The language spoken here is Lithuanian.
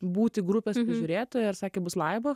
būti grupės prižiūrėtoja ir sakė bus laibah